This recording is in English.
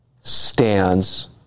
stands